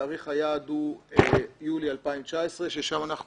תאריך היעד הוא יולי 2019, ששם אנחנו